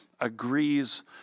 Agrees